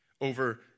over